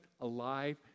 alive